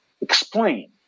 explain